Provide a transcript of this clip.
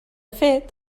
fet